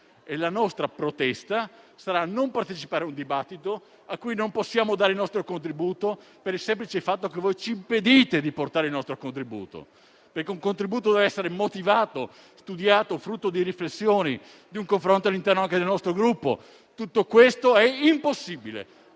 la nostra protesta sarà non partecipare a un dibattito a cui non possiamo dare il nostro apporto per il semplice fatto che voi ci impedite di portare il nostro contributo. Un contributo deve essere motivato, studiato, frutto di riflessioni, di un confronto anche all'interno del nostro Gruppo, ma tutto questo è impossibile